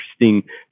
interesting